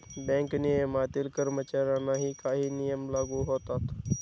bank नियमनातील कर्मचाऱ्यांनाही काही नियम लागू होतात